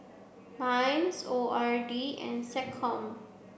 MINDS O R D and SecCom